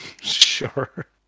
sure